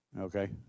Okay